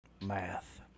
Math